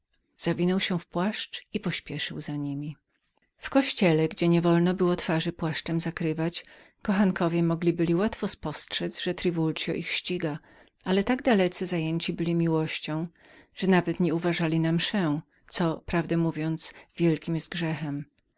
zawinął się w płaszcz i pośpieszył za niemi gdy wszyscy weszli do kościoła gdzie niewolno było twarz płaszczem zakrywać kochankowie mogli byli łatwo spostrzedz że triwuld ich ścigał ale tak dalece zajęci byli miłością że nawet nie uważali na mszę co prawdę mówiąc wielkim jest grzechem